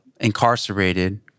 incarcerated